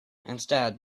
instead